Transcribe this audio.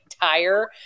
tire